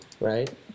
right